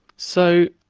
so,